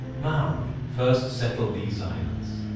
maori first settled these islands.